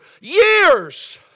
years